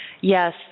Yes